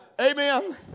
Amen